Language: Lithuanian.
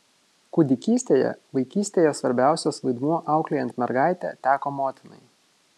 kūdikystėje vaikystėje svarbiausias vaidmuo auklėjant mergaitę teko motinai